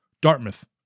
Dartmouth